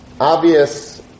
obvious